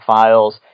files